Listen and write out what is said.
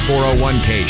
401k